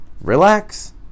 relax